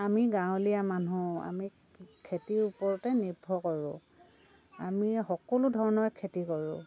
আমি গাৱলীয়া মানুহ আমি খে খেতি ওপৰতে নিৰ্ভৰ কৰোঁ আমি সকলো ধৰণৰে খেতি কৰোঁ